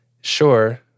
Sure